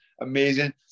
amazing